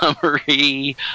summary